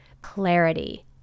clarity